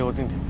so didn't